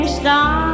star